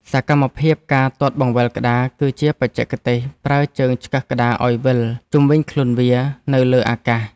សកម្មភាពការទាត់បង្វិលក្ដារ គឺជាបច្ចេកទេសប្រើជើងឆ្កឹះក្ដារឱ្យវិលជុំវិញខ្លួនវានៅលើអាកាស។